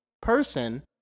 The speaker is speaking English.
person